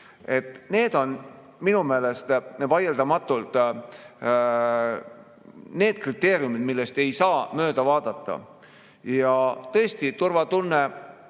Need on minu meelest vaieldamatult need kriteeriumid, millest ei saa mööda vaadata. Tõesti, turvatunne